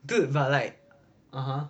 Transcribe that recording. dude but like (uh huh)